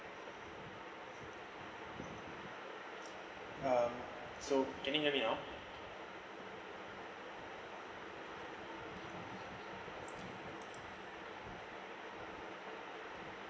um so can you hear me now